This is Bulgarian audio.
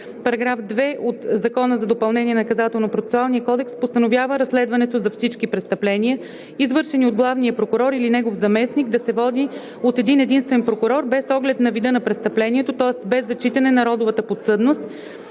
§ 2 от Закона за допълнение на НПК постановява разследването за всички престъпления, извършени от главния прокурор или негов заместник, да се води от един-единствен прокурор без оглед на вида на престъплението, тоест без зачитане на родовата подсъдност,